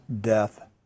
death